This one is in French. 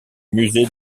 musée